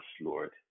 lord